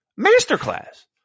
Masterclass